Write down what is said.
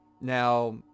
Now